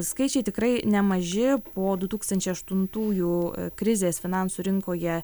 skaičiai tikrai nemaži po du tūkstančiai aštuntųjų krizės finansų rinkoje